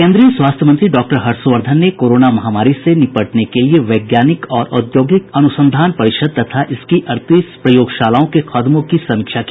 केंद्रीय स्वास्थ्य मंत्री डॉक्टर हर्षवर्धन ने कोरोना महामारी से निपटने के लिए वैज्ञानिक और औद्योगिक अनुसंधान परिषद तथा इसकी अड़तीस प्रयोगशालाओं के कदमों की समीक्षा की